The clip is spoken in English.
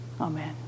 Amen